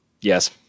Yes